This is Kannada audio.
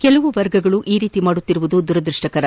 ಕೆಲವು ವರ್ಗಗಳು ಈ ರೀತಿ ಮಾಡುತ್ತಿರುವುದು ದುರದೃಷ್ಟಕರ